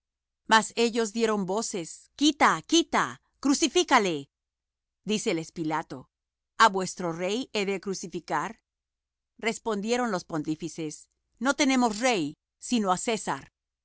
mas ellos dieron voces quita quita crucifícale díceles pilato a vuestro rey he de crucificar respondieron los pontífices no tenemos rey sino á césar